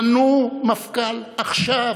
מנו מפכ"ל עכשיו.